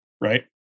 right